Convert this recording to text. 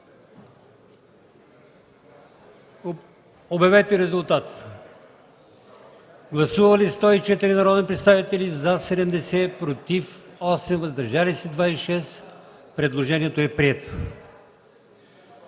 Кадиев. Гласували 104 народни представители: за 70, против 8, въздържали се 26. Предложението е прието.